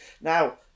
Now